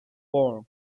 born